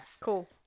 cool